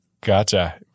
Gotcha